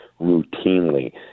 routinely